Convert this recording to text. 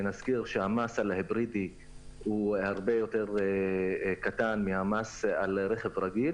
נזכיר שהמס על ההיברידי הרבה יותר קטן מהמס על רכב רגיל.